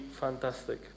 fantastic